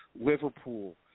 Liverpool